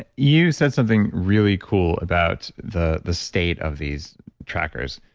ah you said something really cool about the the state of these trackers.